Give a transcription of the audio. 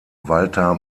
walter